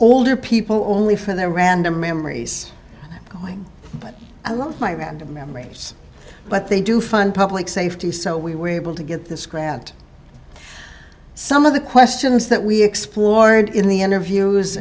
older people only from their random memories going but i love my random memories but they do fund public safety so we were able to get this grant some of the questions that we explored in the interviews